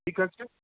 ঠিক আছে